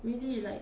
really like